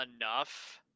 enough